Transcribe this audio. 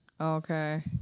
Okay